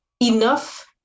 enough